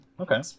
Okay